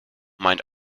meint